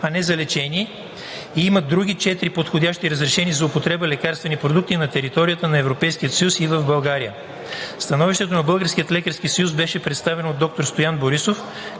а не за лечение и има други четири подходящи разрешени за употреба лекарствени продукти на територията на Европейския съюз и в България. Становището на Българския лекарски съюз беше представено от доктор Стоян Борисов,